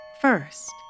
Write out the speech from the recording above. First